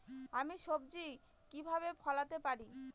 আমি সবজি কিভাবে ফলাতে পারি?